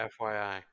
fyi